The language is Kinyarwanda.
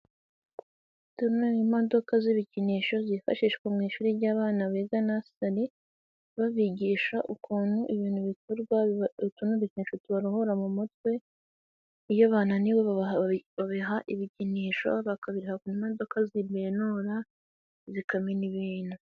Done imodoka z'ibikinisho zifashishwa mu ishuri ry'abana biga nasari, babigisha ukuntu ibintu bikorwa. Utu ni udukinisho tubaruhura mu mutwe, iyo bananiwe babaha ibikinisho bagahabwa imodoka zibenura zzikamena ibintu.